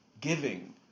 giving